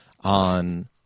on